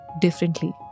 differently